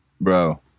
Bro